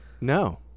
No